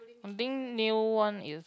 I think new one is